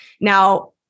Now